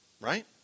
Right